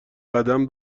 قدم